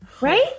Right